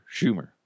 Schumer